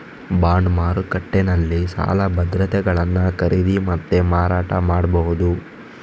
bond ಮಾರುಕಟ್ಟೆನಲ್ಲಿ ಸಾಲ ಭದ್ರತೆಗಳನ್ನ ಖರೀದಿ ಮತ್ತೆ ಮಾರಾಟ ಮಾಡ್ಬಹುದು